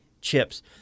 chips